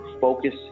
focus